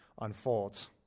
unfolds